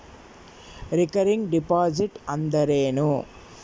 Recurring deposit ಅಂದರೇನು?